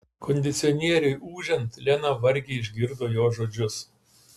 kondicionieriui ūžiant lena vargiai išgirdo jo žodžius